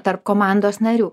tarp komandos narių